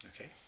Okay